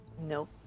Nope